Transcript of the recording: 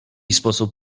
sposób